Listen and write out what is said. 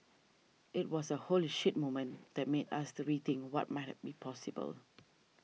it was a holy shit moment that made us to rethink what might be possible